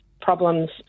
problems